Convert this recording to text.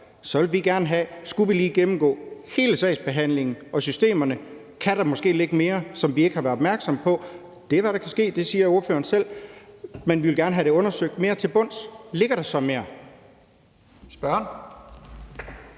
Skulle vi lige gennemgå hele sagsbehandlingen og systemerne, og kan der måske ligge mere, som vi ikke har været opmærksomme på? Det er, hvad der kan ske. Det siger ordføreren selv. Men vi vil gerne have undersøgt mere til bunds, om der så ligger